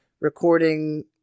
recording